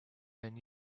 when